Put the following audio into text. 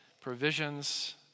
provisions